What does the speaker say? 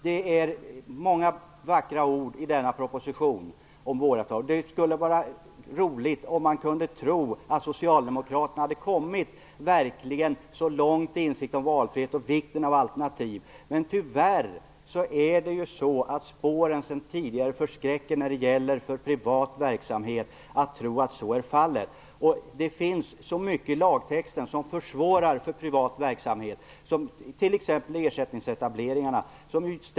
Det är många vackra ord i denna proposition om vårdavtal. Det skulle vara roligt om man kunde tro att socialdemokraterna verkligen hade kommit så långt till insikt om valfrihet och vikten alternativ, men tyvärr förskräcker spåren sen tidigare. Det är svårt för privat verksamhet att tro att så är fallet. Det finns så mycket i lagtexten som försvårar för privat verksamhet. Det gäller t.ex. ersättningsetableringarna.